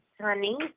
honey